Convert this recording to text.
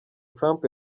trump